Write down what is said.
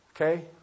Okay